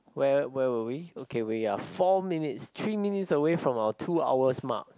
where where were we okay we are four minutes three minutes away from our two hours mark